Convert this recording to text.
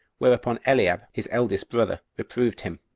whereupon eliab, his eldest brother, reproved him,